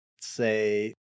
say